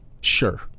sure